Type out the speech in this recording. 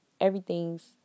everything's